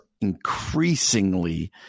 increasingly